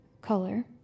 color